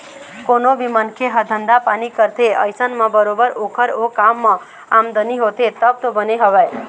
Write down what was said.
कोनो भी मनखे ह धंधा पानी करथे अइसन म बरोबर ओखर ओ काम म आमदनी होथे तब तो बने हवय